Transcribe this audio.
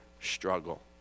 struggle